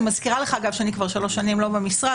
אני מזכירה לך אגב שאני כבר שלוש שנים לא במשרד,